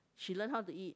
she learn how to eat